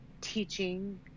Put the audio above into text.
teaching